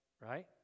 right